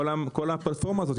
כל הפלטפורמה הזו,